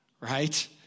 right